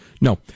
No